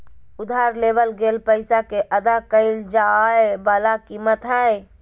उधार लेवल गेल पैसा के अदा कइल जाय वला कीमत हइ